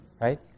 right